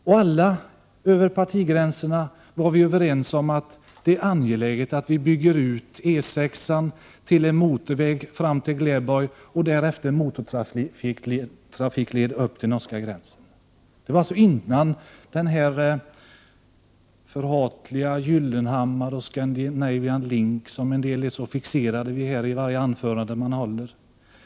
Alla var över partigränserna överens om att det var angeläget att bygga ut E 6 till en motorväg fram till Gläborg och därefter en motortrafikled upp till norska gränsen. Det var alltså innan diskussionen om den förhatlige Gyllenhammar och Scandinavian Link kom upp — som en del är så fixerade vid i varje anförande.